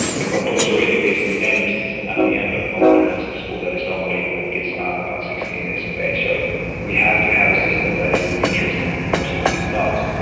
the compulsory education ends at the end of comprehensive school that is normally when kids are about sixteen years of age so we have to have a system that is interesting, because it's not,